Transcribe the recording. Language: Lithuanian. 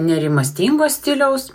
nerimastingo stiliaus